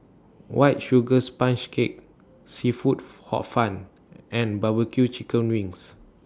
White Sugar Sponge Cake Seafood Hor Fun and Barbecue Chicken Wings